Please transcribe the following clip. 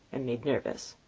and made nervous.